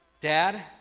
Dad